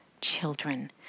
children